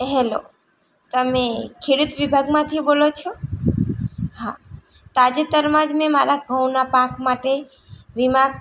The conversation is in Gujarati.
હેલો તમે ખેડુત વિભાગમાંથી બોલો છો હા તાજેતરમાં જ મેં મારા ઘઉંના પાક માટે વીમા